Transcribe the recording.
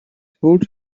told